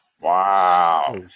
Wow